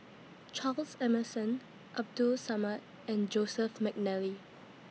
Charles Emmerson Abdul Samad and Joseph Mcnally